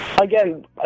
Again